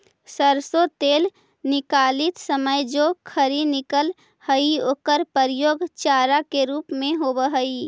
सरसो तेल निकालित समय जे खरी निकलऽ हइ ओकर प्रयोग चारा के रूप में होवऽ हइ